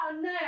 no